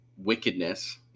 wickedness